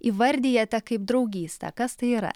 įvardijate kaip draugystę kas tai yra